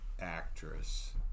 actress